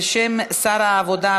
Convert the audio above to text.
בשם שר העבודה,